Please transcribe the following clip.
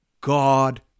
God